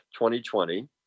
2020